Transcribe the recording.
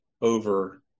over